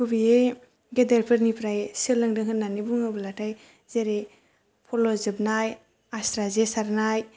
गुबैयै गेदेरफोरनिफ्राय सोलोंदों होन्नानै बुङोब्लाथाय जेरै फल' जोबनाय आस्रा जे सारनाय